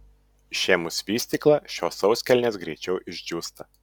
išėmus vystyklą šios sauskelnės greičiau išdžiūsta